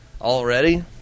Already